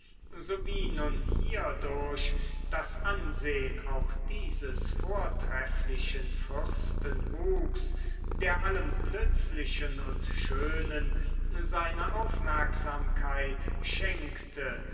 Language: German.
so wie nun hierdurch das ansehn auch dieses vortrefflichen fürsten wuchs der allem nützlichen und schönen seine aufmerksamkeit schenkte